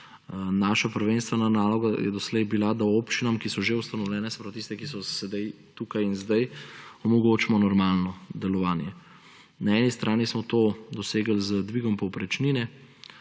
Naša prvenstvena naloga je doslej bila, da občinam, ki so že ustanovljene, se pravi tistim, ki so sedaj tukaj in zdaj, omogočimo normalno delovanje. Na eni strani smo to dosegli z dvigom povprečnine,